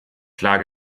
klar